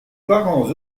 parents